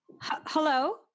Hello